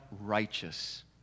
righteous